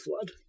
flood